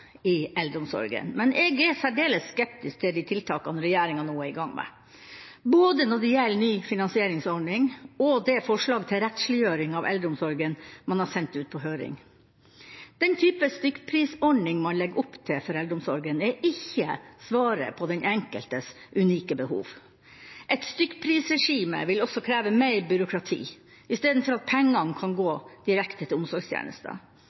i eldreomsorgen, men jeg er særdeles skeptisk til de tiltakene regjeringa nå er i gang med, når det gjelder både ny finansieringsordning og det forslaget til rettsliggjøring av eldreomsorgen man har sendt ut på høring. Den typen stykkprisordning man legger opp til for eldreomsorgen, er ikke svaret på den enkeltes unike behov. Et stykkprisregime vil også kreve mer byråkrati, istedenfor at pengene kan gå direkte til omsorgstjenester.